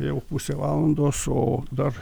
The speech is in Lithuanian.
jau pusė valandos o dar